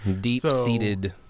deep-seated